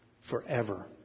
forever